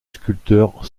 sculpteur